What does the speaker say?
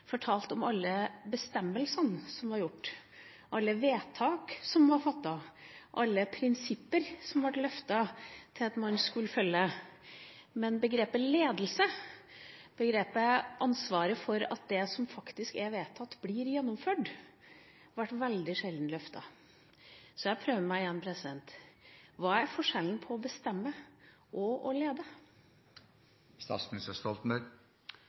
alle prinsipper som ble løftet til at man skulle følge dem. Men ledelse og ansvaret for at det som faktisk er vedtatt, blir gjennomført, ble veldig sjelden løftet, så jeg prøver meg igjen: Hva er forskjellen på å bestemme og å lede?